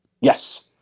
Yes